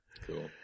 Cool